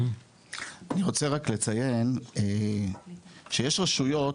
אני רוצה רק לציין שיש רשויות,